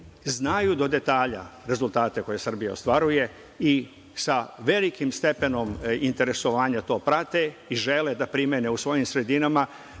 znaju do detalja rezultate koje Srbija ostvaruje i sa velikim stepenom interesovanja to prate i žele da primene u svojim sredinama,